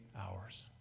hours